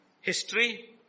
History